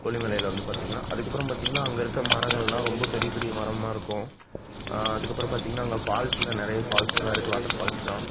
கொல்லி மலையில் வந்து பார்த்தீங்கன்னா அதுக்கப்புறம் பார்த்தீங்கன்னா அங்கே இருக்கற மரங்களெல்லாம் ரொம்ப பெரிய பெரிய மரமாக இருக்கும் அதுக்கப்புறம் பார்த்தீங்கன்னா அங்கே ஃபால்ஸ்சில் நிறைய ஃபால்ஸ்செல்லாம் இருக்குது வாட்ரு ஃபால்ஸ்செல்லாம்